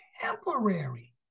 temporary